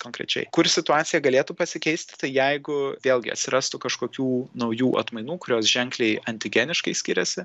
konkrečiai kur situacija galėtų pasikeisti tai jeigu vėlgi atsirastų kažkokių naujų atmainų kurios ženkliai antigeniškai skiriasi